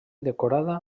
decorada